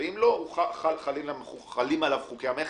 אם לא, חלים עליו חוקי המכר.